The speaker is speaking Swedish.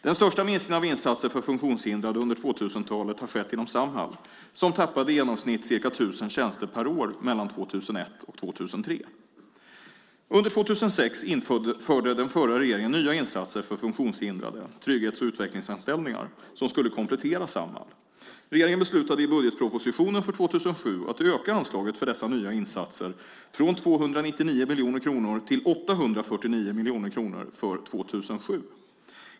Den största minskningen av insatser för funktionshindrade under 2000-talet har skett inom Samhall, som tappade i genomsnitt ca 1 000 tjänster per år mellan 2001 och 2003. Under 2006 införde den förra regeringen nya insatser för funktionshindrade - trygghets och utvecklingsanställningar - som skulle komplettera Samhall. Regeringen beslutade i budgetpropositionen för 2007 att öka anslaget för dessa nya insatser från 299 miljoner kronor till 849 miljoner kronor för 2007.